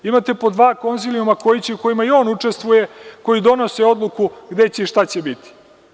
Imate pod dva konzilijuma koji će i u kojima i on učestvuje, koji donose odluku gde će i šta će biti.